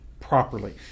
properly